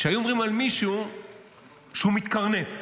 שהיו אומרים על מישהו שהוא מתקרנף.